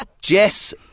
Jess